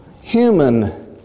human